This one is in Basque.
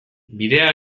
bidea